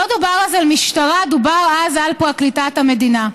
לא דובר אז על משטרה, דובר אז על פרקליטת המדינה.